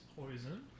poison